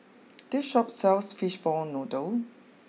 this Shop sells Fishball Noodle